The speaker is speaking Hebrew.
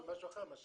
זה משהו אחר.